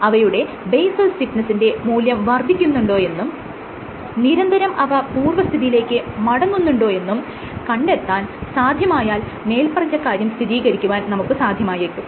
അവയുടെ ബേസൽ സ്റ്റിഫ്നെസ്സിന്റെ മൂല്യം വർദ്ധിക്കുന്നുണ്ടോ എന്നും നിരന്തരം അവ പൂർവ്വസ്ഥിതിയിലേക്ക് മടങ്ങുന്നുണ്ടോ എന്നും കണ്ടെത്താൻ സാധ്യമായാൽ മേല്പറഞ്ഞ കാര്യം സ്ഥിതീകരിക്കുവാൻ നമുക്ക് സാധ്യമായേക്കും